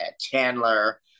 chandler